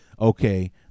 okay